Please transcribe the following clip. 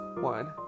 One